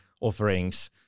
offerings